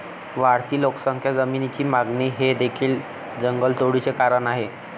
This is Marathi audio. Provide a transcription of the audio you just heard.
वाढती लोकसंख्या, जमिनीची मागणी हे देखील जंगलतोडीचे कारण आहे